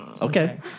Okay